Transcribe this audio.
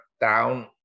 down